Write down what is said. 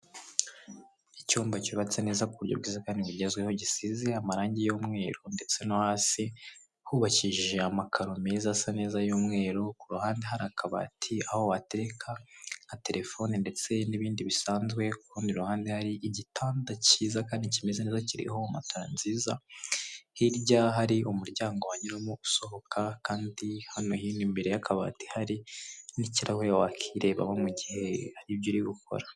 Icyumba cyubatse neza ku buryo bwiza kandi bigezweho gisize amarangi y'umweru, ndetse no hasi hubakishije amakaro meza asa neza y'umweru, ku ruhande hari akabati aho watereka nka terefone ndetse n'ibindi bisanzwe, ku rundi ruhande hari igitanda cyiza kandi kimeze neza kiriho matora nziza, hirya hari umuryango wanyuramo usohoka, kandi hano hino imbere y'akabati hari n'ikirahure wakwirebamo mu gihe hari ibyo uri gukora.